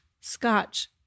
Scotch